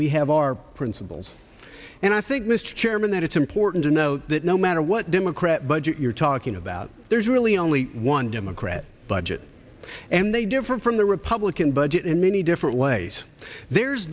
we have our principles and i think mr chairman that it's important to note no matter what democrat budget you're talking about there's really only one democrat budget and they differ from the republican budget in many different ways there's